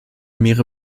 meere